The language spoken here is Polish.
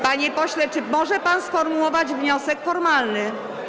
Panie pośle, czy może pan sformułować wniosek formalny?